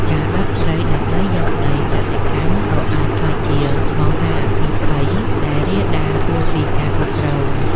ការដុតព្រៃដើម្បីយកផ្ទៃដីកសិកម្មក៏អាចក្លាយជាមហាអគ្គីភ័យដែលរាលដាលហួសពីការគ្រប់គ្រង។